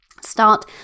Start